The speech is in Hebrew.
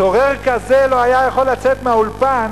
צורר כזה לא היה יכול לצאת מהאולפן